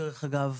דרך אגב,